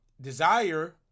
desire